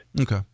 okay